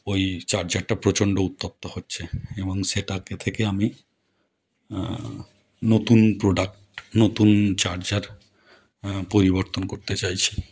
ওই চার্জারটা প্রচণ্ড উত্তপ্ত হচ্ছে এবং সেটাকে থেকে আমি নতুন প্রোডাক্ট নতুন চার্জার পরিবর্তন করতে চাইছি